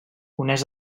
uneix